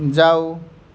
जाऊ